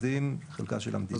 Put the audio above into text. חלקה של המדינה.